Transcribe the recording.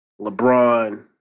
LeBron